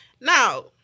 Now